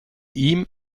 ihm